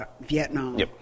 vietnam